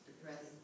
depressing